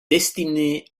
destiné